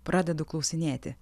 pradedu klausinėti